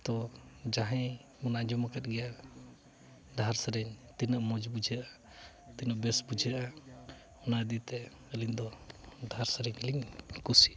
ᱛᱚ ᱡᱟᱦᱟᱸᱭᱮ ᱟᱸᱡᱚᱢ ᱟᱠᱟᱫ ᱜᱮᱭᱟ ᱰᱟᱦᱟᱨ ᱥᱮᱨᱮᱧ ᱛᱤᱱᱟᱹᱜ ᱢᱚᱡᱽ ᱵᱩᱡᱷᱟᱹᱜᱼᱟ ᱟᱨ ᱛᱤᱱᱟᱹᱜ ᱵᱮᱥ ᱵᱩᱡᱷᱟᱹᱜᱼᱟ ᱚᱱᱟ ᱤᱫᱤ ᱛᱮ ᱟᱹᱞᱤᱧ ᱫᱚ ᱰᱟᱦᱟᱨ ᱥᱮᱨᱮᱧ ᱜᱮᱞᱤᱧ ᱠᱩᱥᱤᱭᱟᱜᱼᱟ